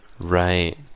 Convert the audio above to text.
Right